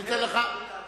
הניסיון ראוי להערצה.